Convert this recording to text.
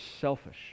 selfish